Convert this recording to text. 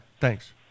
Thanks